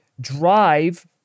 drive